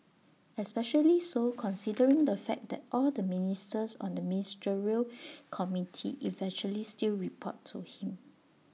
especially so considering the fact that all the ministers on the ministerial committee eventually still report to him